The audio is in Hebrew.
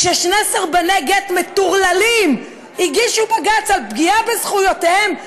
כששני סרבני גט מטורללים הגישו בג"ץ על פגיעה בזכויותיהם,